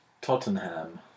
Tottenham